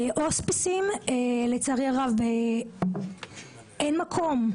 הוספיסים, לצערי הרב אין בהם מקום.